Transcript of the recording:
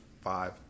five